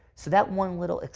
so, that one little.